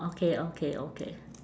okay okay okay